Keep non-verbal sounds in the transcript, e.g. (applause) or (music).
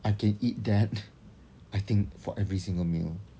I can eat that (laughs) I think for every single meal